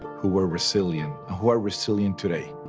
who were resilient, who are resilient today.